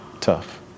Tough